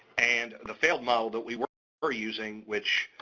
and the failed model that we were were using, which,